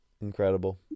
Incredible